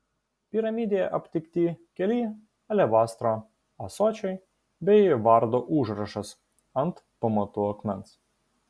piramidėje aptikti keli alebastro ąsočiai bei vardo užrašas ant pamatų akmens